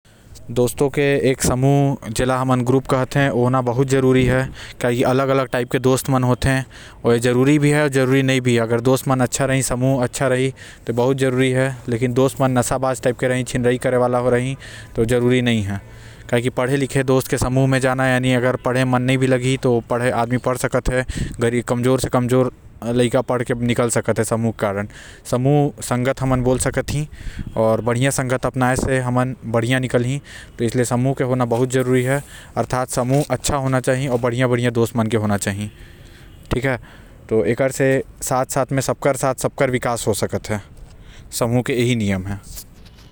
दोस्त मन के साथ होना बहुत जरूरी हे काबर की अलग अलग प्रकार के दोस्त होते जो अलग अलग वक्त म काम आते आऊ जैसे नहीं भी होना जरूरी हे कि तोला अकेले सब अपने से करना सिखाई जिंदगी हर।